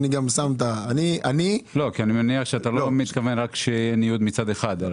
אני מניח שאתה לא מתכוון לכך שיהיה ניוד רק מצד אחד.